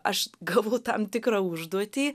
aš gavau tam tikrą užduotį